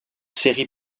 séries